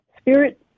spirit